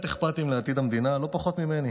באמת אכפתיים לעתיד המדינה לא פחות ממני,